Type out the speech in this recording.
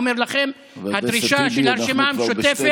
אומר לכם: הדרישה של הרשימה המשותפת,